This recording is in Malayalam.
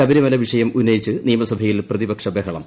ശബരിമല വിഷയം ഉന്നയിച്ച് നിയമസഭയിൽ പ്രതിപക്ഷ ബഹളം